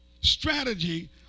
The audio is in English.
strategy